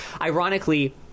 Ironically